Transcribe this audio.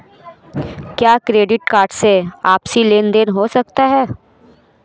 क्या credit card से आपसी लेनदेन हो सकता है?